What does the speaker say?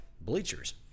bleachers